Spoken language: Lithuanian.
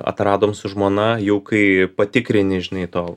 atradom su žmona jau kai patikrini žinai to